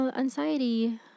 Anxiety